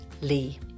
Lee